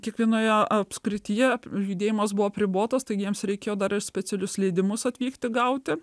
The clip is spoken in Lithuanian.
kiekvienoje apskrityje judėjimas buvo apribotas taigi jiems reikėjo dar ir specialius leidimus atvykti gauti